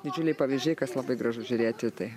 didžiuliai pavyzdžiai kas labai gražu žiūrėti tai